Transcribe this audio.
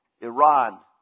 Iran